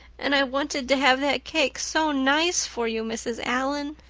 and i wanted to have that cake so nice for you, mrs. allan.